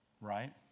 Right